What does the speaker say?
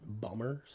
bummers